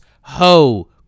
Ho